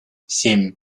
семь